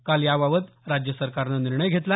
काल याबाबत राज्य सरकारनं निर्णय घेतला